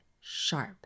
sharp